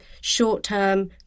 short-term